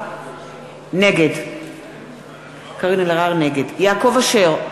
נגד יעקב אשר,